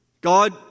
God